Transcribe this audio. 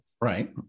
Right